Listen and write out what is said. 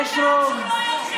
איך אמרת?